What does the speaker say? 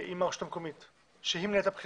עם הרשות המקומית שהיא מנהלת את הבחירות.